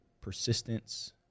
persistence